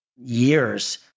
years